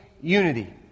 unity